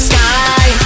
Sky